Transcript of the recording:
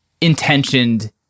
intentioned